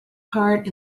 part